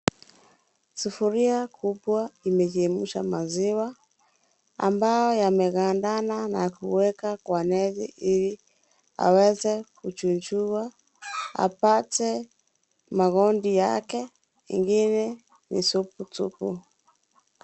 Sufuria kubwa imechemsha maziwa, ambayo yamegandana na kuwekwa kwa neti ili yaweze kutunjukwa, magombi yake ingine ni supu tupu.